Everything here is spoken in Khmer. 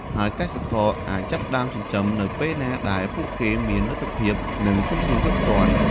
ហើយកសិករអាចចាប់ផ្តើមចិញ្ចឹមនៅពេលណាដែលពួកគេមានលទ្ធភាព និងធនធានគ្រប់គ្រាន់។